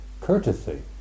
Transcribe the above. courtesy